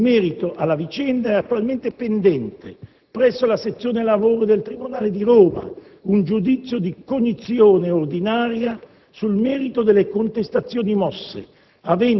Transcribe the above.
In merito alla vicenda è attualmente pendente, presso la sezione lavoro del tribunale di Roma, un giudizio di cognizione ordinaria sul merito delle contestazioni mosse,